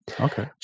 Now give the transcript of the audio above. Okay